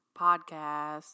Podcast